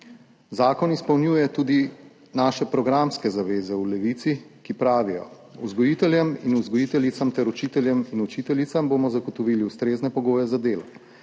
Zakon izpolnjuje tudi naše programske zaveze v Levici, ki pravijo, vzgojiteljem in vzgojiteljicam ter učiteljem in učiteljicam bomo zagotovili ustrezne pogoje za delo,